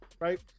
right